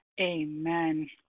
Amen